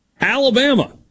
Alabama